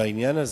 בעניין הזה,